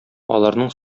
аларның